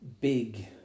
big